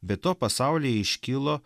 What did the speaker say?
be to pasaulyje iškilo